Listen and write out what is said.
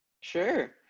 Sure